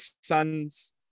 sons